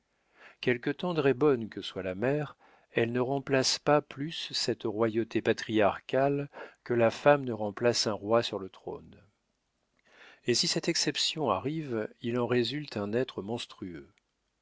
quelque tendre et bonne que soit la mère elle ne remplace pas plus cette royauté patriarcale que la femme ne remplace un roi sur le trône et si cette exception arrive il en résulte un être monstrueux